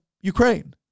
Ukraine